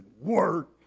work